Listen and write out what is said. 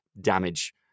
damage